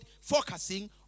focusing